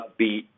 upbeat